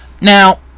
Now